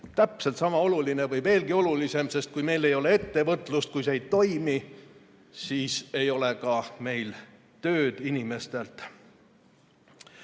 täpselt sama oluline või veelgi olulisem, sest kui meil ei ole ettevõtlust, kui see ei toimi, siis ei ole ka meie inimestel